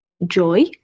Joy